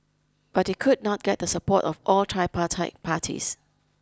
but he could not get the support of all tripartite parties